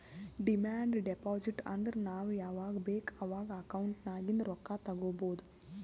demand deposit ಅಂದುರ್ ನಾವ್ ಯಾವಾಗ್ ಬೇಕ್ ಅವಾಗ್ ಅಕೌಂಟ್ ನಾಗಿಂದ್ ರೊಕ್ಕಾ ತಗೊಬೋದ್